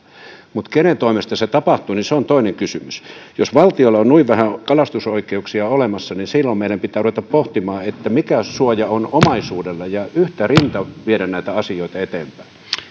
mutta kenen toimesta se tapahtuu se on toinen kysymys jos valtiolla on on noin vähän kalastusoikeuksia olemassa niin silloin meidän pitää ruveta pohtimaan mikäs suoja on omaisuudella ja yhtä rintaa viedä näitä asioita eteenpäin